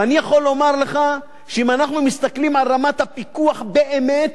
אני יכול לומר לך שאם אנחנו מסתכלים על רמת הפיקוח באמת,